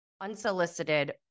unsolicited